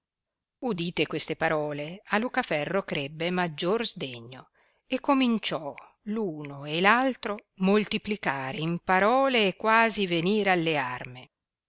udite queste parole a lucaferro crebbe maggior sdegno e cominciò uno e v altro moltiplicare in parole e quasi venir alle arme